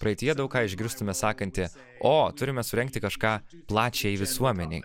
praeityje daug ką išgirstame sakantį o turime surengti kažką plačiajai visuomenei